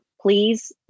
Please